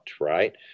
right